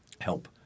help